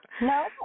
no